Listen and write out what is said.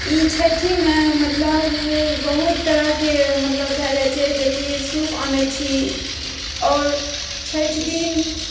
ई छठीमे मतलब बहुत तरहके मतलब भए जाइ छै जेकि सूप आनै छी आओर छैठ दिन